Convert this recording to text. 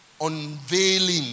Unveiling